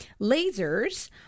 lasers